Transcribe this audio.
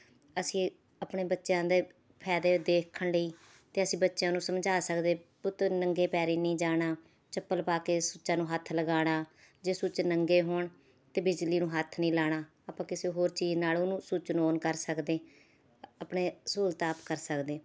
ਅਸੀਂ ਆਪਣੇ ਬੱਚਿਆਂ ਦੇ ਫਾਇਦੇ ਦੇਖਣ ਲਈ ਅਤੇ ਅਸੀਂ ਬੱਚਿਆਂ ਨੂੰ ਸਮਝਾ ਸਕਦੇ ਪੁੱਤ ਨੰਗੇ ਪੈਰ ਨਹੀਂ ਜਾਣਾ ਚੱਪਲ ਪਾ ਕੇ ਸੁੱਚਾਂ ਨੂੰ ਹੱਥ ਲਗਾਉਣਾ ਜੇ ਸੁੱਚ ਨੰਗੇ ਹੋਣ ਤਾਂ ਬਿਜਲੀ ਨੂੰ ਹੱਥ ਨਹੀਂ ਲਾਉਣਾ ਆਪਾਂ ਕਿਸੇ ਹੋਰ ਚੀਜ਼ ਨਾਲ ਉਹਨੂੰ ਸੁੱਚ ਨੂੰ ਔਨ ਕਰ ਸਕਦੇ ਆਪਣੇ ਸਹੂਲਤਾਂ ਆਪ ਕਰ ਸਕਦੇ